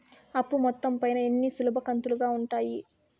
అప్పు మొత్తం పైన ఎన్ని సులభ కంతులుగా ఉంటాయి?